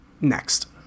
Next